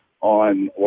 on